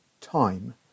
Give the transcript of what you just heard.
time